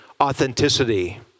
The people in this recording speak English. authenticity